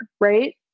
right